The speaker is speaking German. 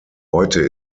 heute